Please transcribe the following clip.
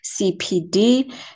CPD